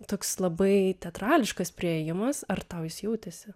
toks labai teatrališkas priėjimas ar tau jis jautėsi